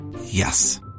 Yes